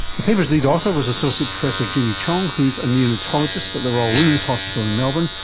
the paper's lead author was associate professor jeanie cheong who is a neonatologist at the royal women's hospital in melbourne,